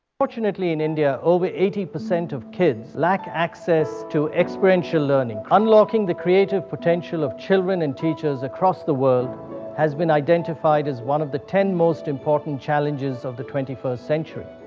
unfortunately, in india, over eighty percent of kids lack access to experiential learning. unlocking the creative potential of children and teachers across the world has been identified as one of the ten most important challenges of the twenty first century.